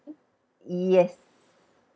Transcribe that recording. y~ yes